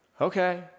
okay